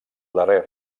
darrer